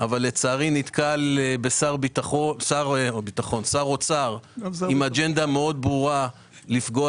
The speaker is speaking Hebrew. אבל לצערי הוא נתקל בשר אוצר עם אג'נדה ברורה מאוד לפגוע